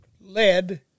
lead